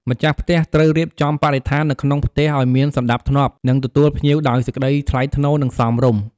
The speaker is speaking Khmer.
ម្ចាស់ផ្ទះត្រូវរៀបចំបរិស្ថាននៅក្នុងផ្ទះឱ្យមានសណ្តាប់ធ្នាប់ និងទទួលភ្ញៀវដោយសេចក្ដីថ្លៃថ្លូរ និងសមរម្យ។